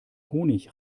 honig